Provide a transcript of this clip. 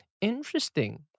Interesting